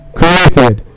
created